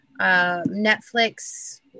Netflix